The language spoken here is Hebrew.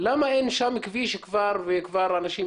אני חושב שראוי שהממשלה תתייחס לנגב כפרויקט שהיא צריכה